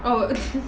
oh